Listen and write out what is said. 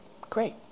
great